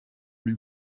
lui